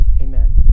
Amen